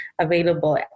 available